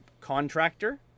contractor